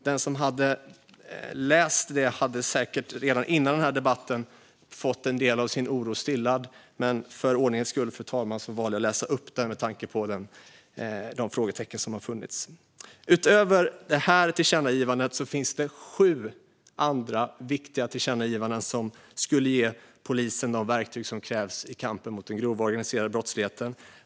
Den som hade läst det hade säkert redan innan debatten fått sin oro stillad, men för ordningens skull, fru talman, valde jag att läsa upp citatet med tanke på de frågetecken som funnits. Utöver det här tillkännagivandet finns sju andra viktiga tillkännagivanden som skulle ge polisen de verktyg som krävs i kampen mot den grova organiserade brottsligheten.